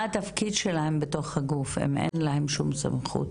מה התפקיד שלהם בתוך הגוף אם אין להם שום סמכות?